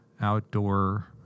outdoor